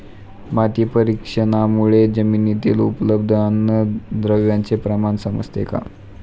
माती परीक्षणामुळे जमिनीतील उपलब्ध अन्नद्रव्यांचे प्रमाण समजते का?